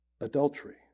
adultery